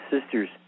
sisters